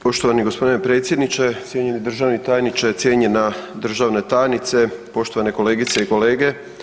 Poštovani g. predsjedniče, cijenjeni državni tajniče, cijenjena državna tajnice, poštovane kolegice i kolege.